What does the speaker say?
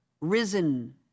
risen